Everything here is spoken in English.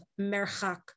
merchak